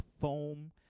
foam